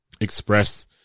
express